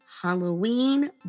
halloween